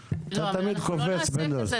היא לא תאפשר להם לעלות על המטוס.